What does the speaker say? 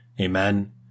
Amen